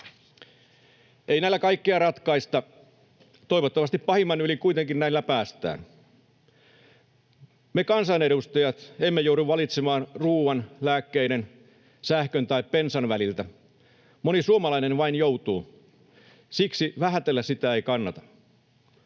Ei näillä kaikkea ratkaista. Toivottavasti pahimman yli kuitenkin näillä päästään. Me kansanedustajat emme joudu valitsemaan ruuan, lääkkeiden, sähkön tai bensan väliltä. Moni suomalainen vain joutuu. Siksi vähätellä sitä ei kannata.